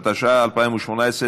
התשע"ח 2018,